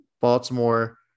Baltimore